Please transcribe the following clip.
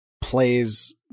plays